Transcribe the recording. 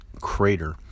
crater